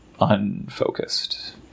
unfocused